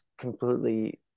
completely